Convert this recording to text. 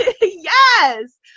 yes